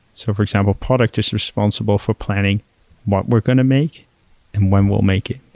so for example, product is responsible for planning what we're going to make and when we'll make it.